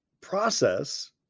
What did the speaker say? process